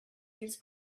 feels